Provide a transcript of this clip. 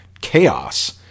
chaos